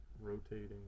rotating